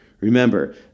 remember